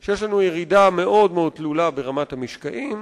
בעיות שישראל גם כן סובלת מהן ומושפעת מהן.